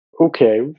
okay